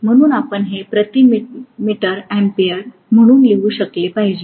म्हणून आपण हे प्रति मीटर अँपिअर म्हणून लिहू शकले पाहिजे